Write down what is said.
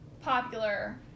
popular